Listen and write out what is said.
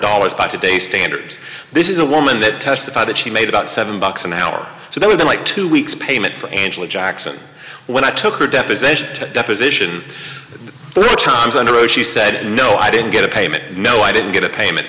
dollars by today's standards this is a woman that testified that she made about seven bucks an hour so that would be like two weeks payment for angela jackson when i took her deposition deposition the times under oh she said no i didn't get a payment no i didn't get a payment